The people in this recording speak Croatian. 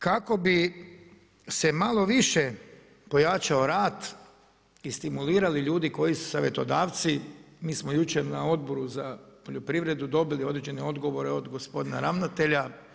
Kako bi se malo više pojačao rad i stimulirali ljudi koji su savjetodavci, mi smo jučer na Odboru za poljoprivredu, dobili određene odgovore od gospodina ravnatelja.